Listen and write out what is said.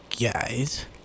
guys